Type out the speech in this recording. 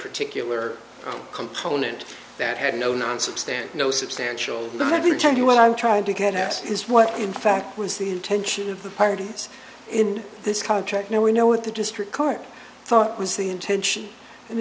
particular component that had no nonsense then no substantial behavior tell you what i'm trying to get asked is what in fact was the intention of the parties in this contract now we know what the district court thought was the intention and